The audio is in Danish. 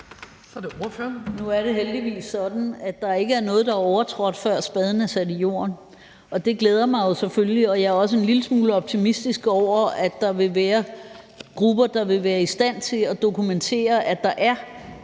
Nu er det heldigvis sådan, at der ikke er noget, der er overtrådt, før spaden er sat i jorden, og det glæder mig selvfølgelig. Jeg er også en lille smule optimistisk over, at der vil være grupper, der vil være i stand til at dokumentere, at der er